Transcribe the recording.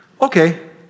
okay